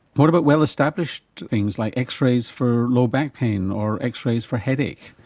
what about well-established things like x-rays for lower back pain or x-rays for headache,